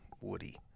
woody